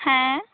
ᱦᱮᱸ